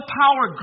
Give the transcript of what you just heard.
power